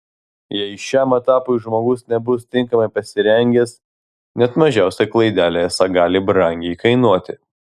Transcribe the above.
jei šiam etapui žmogus nebus tinkamai pasirengęs net mažiausia klaidelė esą gali brangiai kainuoti